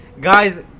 Guys